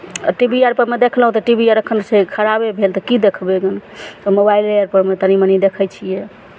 आ T V आर परमे देखलहुँ तऽ टी वी आर एखनसँ खराबे भेल तऽ की देखबै ओहिमे तऽ मोबाइले अर परमे तनि मनि देखै छियै